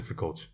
difficult